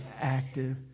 active